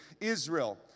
Israel